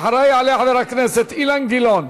אחריה יעלה חבר הכנסת אילן גילאון.